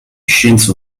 scienze